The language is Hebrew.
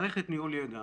מערכת ניהול ידע